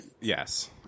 Yes